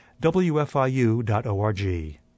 wfiu.org